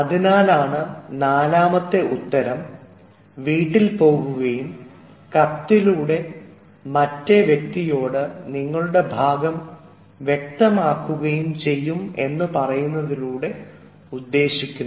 അതിനാലാണ് നാലാമത്തെ ഉത്തരം വീട്ടിൽ പോവുകയും കത്തിലൂടെ മറ്റേ വ്യക്തിയോട് നിങ്ങളുടെ ഭാഗം വ്യക്തമാക്കുകയും ചെയ്യും എന്നു പറയുന്നതിലൂടെ ഉദ്ദേശിക്കുന്നത്